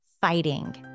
fighting